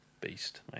Beast